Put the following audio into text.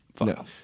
No